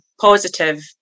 positive